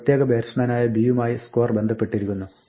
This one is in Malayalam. ഒരു പ്രത്യേക ബാറ്റ്സ്മാനായ b യുമായി score ബന്ധപ്പെട്ടിരിക്കുന്നു